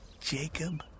Jacob